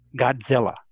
Godzilla